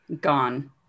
gone